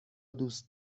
دوست